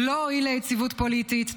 לא הועיל ליציבות פוליטית.